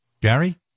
gary